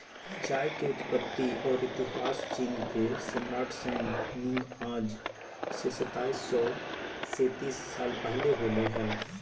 चाय के उत्पत्ति और इतिहासचीनके सम्राटशैन नुंगआज से सताइस सौ सेतीस साल पहले होलय हल